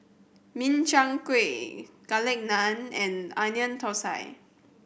Min Chiang Kueh Garlic Naan and Onion Thosai